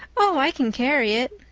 oh, i can carry it,